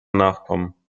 nachkommen